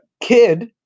Kid